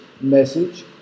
message